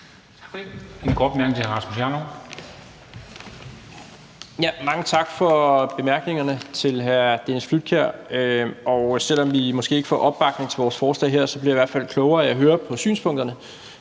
en kort bemærkning til hr. Rasmus Jarlov.